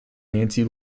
nancy